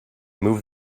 move